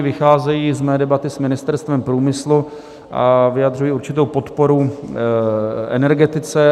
Vycházejí z mé debaty s Ministerstvem průmyslu a vyjadřují určitou podporu energetice.